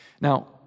Now